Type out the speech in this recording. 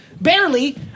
barely